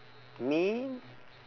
me